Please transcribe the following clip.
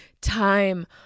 Time